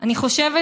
אני חושבת